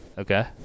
Okay